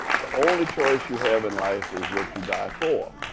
the only choice you have in life is what you die for.